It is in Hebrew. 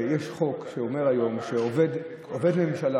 שיש חוק שאומר היום שעובד ממשלה,